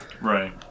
right